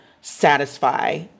satisfy